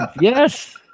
Yes